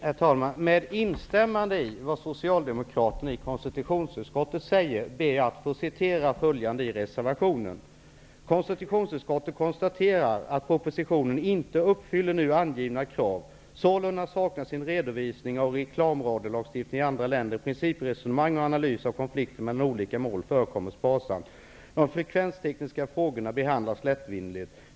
Herr talman! Med instämmande i vad socialdemokraterna i konstitutionsutskottet säger ber jag att få citera följande ur reservationen: ''Konstitutionsutskottet konstaterar att propositionen inte uppfyller nu angivna krav. Sålunda saknas en redovisning av erfarenheterna av reklamradiolagstiftning i andra länder. Principresonemang och analyser av konflikter mellan olika mål förekommer sparsamt. De frekvenstekniska frågorna behandlas lättvindigt.